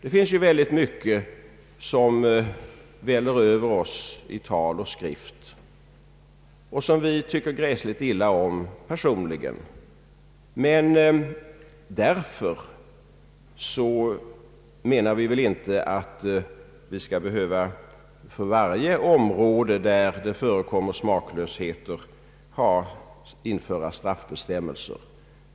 Det finns mycket som väller över oss i tal och skrift och som vi personligen tycker illa om, men vi menar väl inte att vi för varje område där det förekommer smaklösheter skall behöva införa straffbestämmelser.